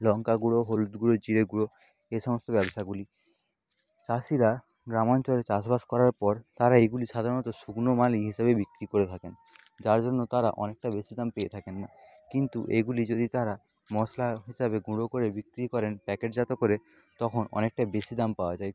লঙ্কা গুঁড়ো হলুদ গুঁড়ো জিরে গুঁড়ো এই সমস্ত ব্যবসাগুলি চাষিরা গ্রামঞ্চলে চাষবাস করার পর তারা এগুলি সাধারণত শুকনো মালই হিসাবেই বিক্রি করে থাকেন যার জন্য তারা অনেকটা বেশি দাম পেয়ে থাকেন কিন্তু এইগুলি যদি তারা মশলার হিসাবে গুঁড়ো করে বিক্রি করেন প্যাকেটজাত করে তখন অনেকটাই বেশি দাম পাওয়া যায়